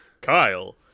Kyle